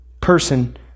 person